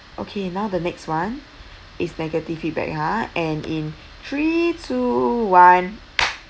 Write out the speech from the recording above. okay now the next one is negative feedback ah and in three two one